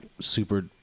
super